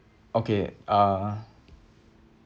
okay uh